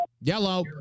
Yellow